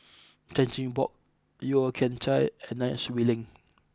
Chan Chin Bock Yeo Kian Chai and Nai Swee Leng